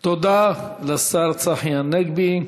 תודה לשר צחי הנגבי.